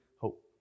hope